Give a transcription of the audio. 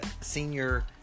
senior